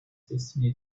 destiny